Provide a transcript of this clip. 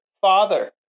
father